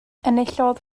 enillodd